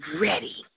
ready